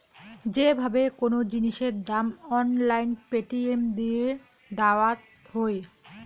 যে ভাবে কোন জিনিসের দাম অনলাইন পেটিএম দিয়ে দায়াত হই